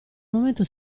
momento